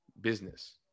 business